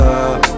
up